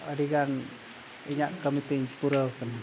ᱟᱹᱰᱤᱜᱟᱱ ᱤᱧᱟᱹᱜ ᱠᱟᱹᱢᱤᱛᱤᱧ ᱯᱩᱨᱟᱹᱣ ᱠᱟᱱᱟ